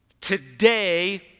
today